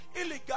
Illegal